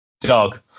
Dog